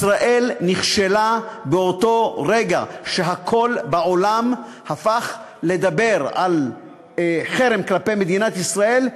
ישראל נכשלה באותו רגע שהקול בעולם הפך לדבר על חרם כלפי מדינת ישראל,